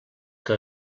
que